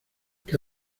que